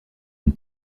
une